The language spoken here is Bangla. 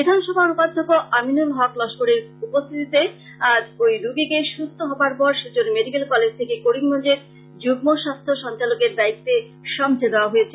বিধানসভার উপাধ্যক্ষ আমিনুল হক লস্করের উপস্থিতিতে আজ এই রোগীকে সুস্থ হবার পর শিলচর মেডিকেল কলেজ থেকে করিমগঞ্জের যুগ্ম স্বাস্থ্য সঞ্চালকের দায়িত্বে সমঝে দেওয়া হয়েছে